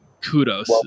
kudos